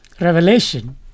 revelation